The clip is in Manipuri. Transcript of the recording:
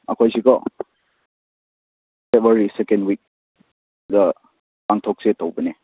ꯑꯩꯈꯣꯏꯁꯤꯀꯣ ꯐꯦꯕ꯭ꯔꯨꯋꯥꯔꯤ ꯁꯦꯀꯦꯟ ꯋꯤꯛꯗ ꯄꯥꯡꯊꯣꯛꯁꯦ ꯇꯧꯕꯅꯦ